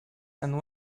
and